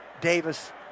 Davis